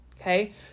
Okay